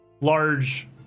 large